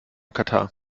katar